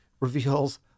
reveals